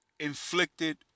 inflicted